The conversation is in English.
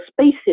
spaces